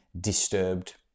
disturbed